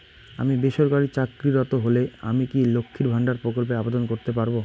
আমি বেসরকারি চাকরিরত হলে আমি কি লক্ষীর ভান্ডার প্রকল্পে আবেদন করতে পারব?